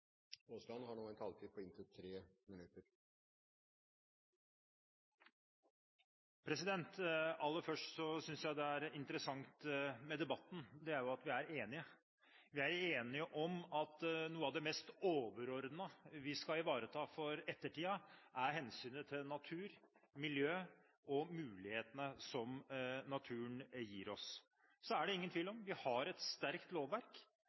interessant med debatten, er at vi er enige. Vi er enige om at noe av det mest overordnede vi skal ivareta for ettertiden, er hensynet til natur, miljø og mulighetene som naturen gir oss. Så er det ingen tvil om at vi har et sterkt lovverk,